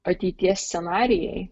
ateities scenarijai